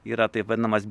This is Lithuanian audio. yra taip vadinamas